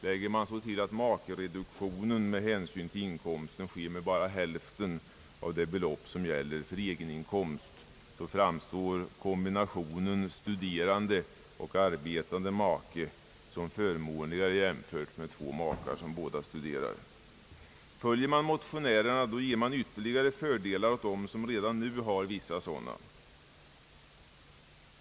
Lägger man så till, att reduktionen av studiemedel med hänsyn till makens inkomst bara sker med hälften av det belopp som gäller för egen inkomst, framstår kombinationen stu derande och arbetande make som ännu förmånligare i jämförelse med kombinationen två makar som båda studerar. Motionärernas förslag medför ytterligare fördelar för dem som redan nu har vissa sådana.